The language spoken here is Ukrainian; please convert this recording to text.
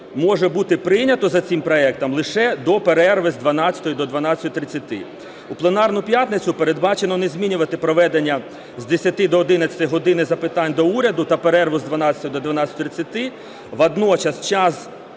може бути прийнято за цим проектом лише до перерви з 12:00 до 12:30. У пленарну п'ятницю передбачено не змінювати проведення з 10:00 до 11:00 "години запитань до Уряду" та перерву з 12:00 до 12:30, водночас час